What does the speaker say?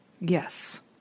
Yes